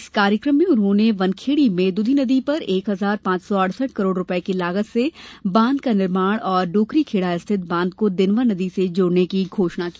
इस कार्यक्रम में उन्होंने वनखेडी में दृधीनदी पर एक हजार पांच सौ अडसठ करोड़ रुपये की लागत से बांध का निर्माण और डोकरीखेड़ा स्थित बांध को देनवा नदी से जोड़ने की घोषणा की